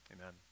Amen